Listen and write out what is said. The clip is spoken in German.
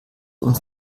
uns